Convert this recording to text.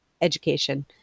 education